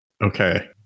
Okay